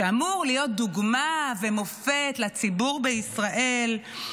שאמור להיות דוגמה ומופת לציבור בישראל,